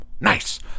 Nice